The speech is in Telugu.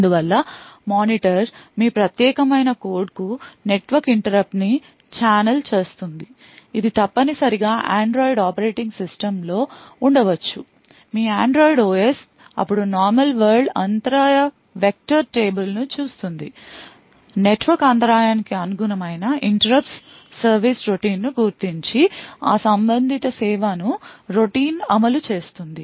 అందువల్ల మానిటర్ మీ ప్రత్యేకమైన కోడ్కు నెట్వర్క్ interrupt ని ఛానెల్ చేస్తుంది ఇది తప్పనిసరిగా Android ఆపరేటింగ్ సిస్టమ్లో ఉండవచ్చు మీ Android OS అప్పుడు నార్మల్ వరల్డ్ అంతరాయ వెక్టర్ టేబుల్ను చూస్తుంది నెట్వర్క్ అంతరాయానికి అనుగుణమైన interrupts సర్వీస్ రొటీన్ ను గుర్తించి ఆ సంబంధిత సేవ ను రొటీన్ అమలు చేస్తుంది